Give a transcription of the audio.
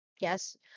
Yes